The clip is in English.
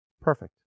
Perfect